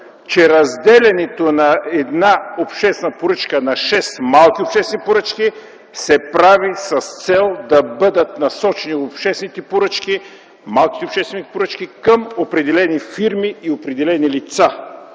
че разделянето на една обществена поръчка на шест малки обществени поръчки се прави с цел да бъдат насочени обществените поръчки, малките обществени поръчки към определени фирми и определени лица.